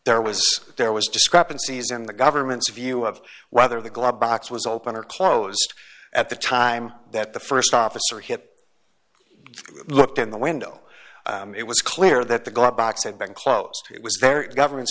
there was there was discrepancies in the government's view of whether the glove box was open or closed at the time that the st officer hit looked in the window it was clear that the glove box had been closed it was very government